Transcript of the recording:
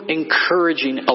encouraging